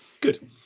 Good